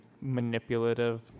manipulative